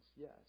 yes